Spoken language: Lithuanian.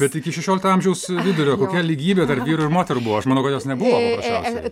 bet iki šešiolikto amžiaus vidurio kokia lygybė tarp vyrų ir moterų buvo aš manau kad jos nebuvo paprasčiausiai